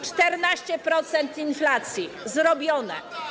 14-procentowa inflacja - zrobione.